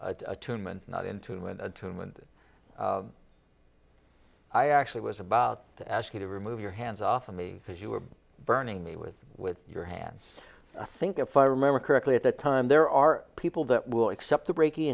attunement not in tune with tomb and i actually was about to ask you to remove your hands off of me because you are burning me with with your hands i think if i remember correctly at that time there are people that will accept the breakin